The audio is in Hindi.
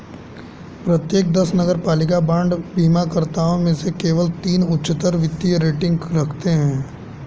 प्रत्येक दस नगरपालिका बांड बीमाकर्ताओं में से केवल तीन उच्चतर वित्तीय रेटिंग रखते हैं